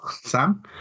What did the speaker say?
Sam